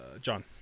John